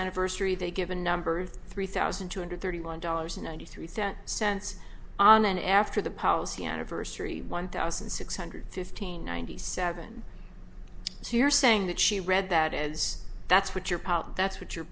anniversary they give a number of three thousand two hundred thirty one dollars ninety three cents on an after the policy anniversary one thousand six hundred fifteen ninety seven so you're saying that she read that as that's what you're out that's what your